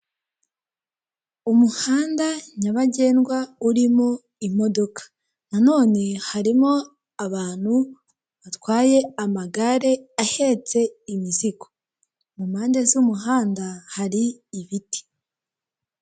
Umuhanda nyabagendwa urimo imodoka, nanone harimo abantu batwaye amagare ahetse imizigo. Mu mpande z'umuhanda hari ibiti.